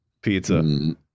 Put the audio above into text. pizza